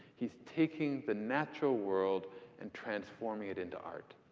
he's taking the natural world and transforming it into art.